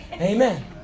Amen